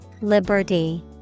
Liberty